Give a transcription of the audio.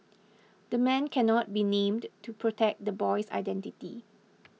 the man cannot be named to protect the boy's identity